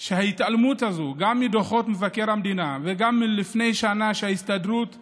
שההתעלמות הזאת מדוחות מבקר המדינה וגם מזה שלפני שנה ההסתדרות כמעט,